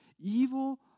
evil